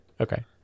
okay